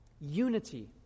Unity